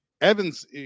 Evans